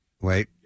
Wait